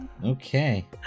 Okay